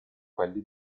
quelli